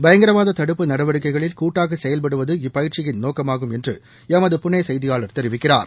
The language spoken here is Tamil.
பயங்கரவாத தடுப்பு நடவடிக்கைகளில் கூட்டாக செயல்படுவது இப்பயிற்ச்சியின் நோக்கமாறும் என்று எமது புனே செய்தியாளர் தெரிவிக்கிறார்